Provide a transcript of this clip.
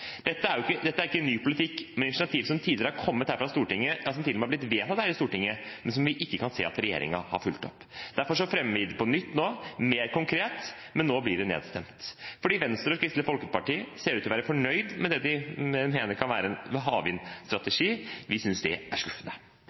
Dette er ikke en ny politikk, det er initiativ som tidligere har kommet her fra Stortinget, og som til og med er blitt vedtatt her i Stortinget, men som vi ikke kan se at regjeringen har fulgt opp. Derfor fremmer vi det på nytt nå, mer konkret, men nå blir det nedstemt fordi Venstre og Kristelig Folkeparti ser ut til å være fornøyd med det de mener kan være en havvindstrategi – vi synes det er skuffende.